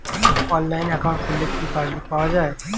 অনলাইনে একাউন্ট খুললে কি পাসবুক পাওয়া যায়?